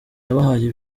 nabahaye